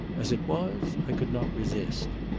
as it was i could not resist.